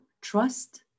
trust